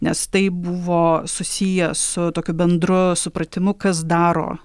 nes tai buvo susiję su tokiu bendru supratimu kas daro